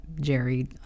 Jerry